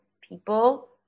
people